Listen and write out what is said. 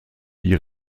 die